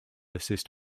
assist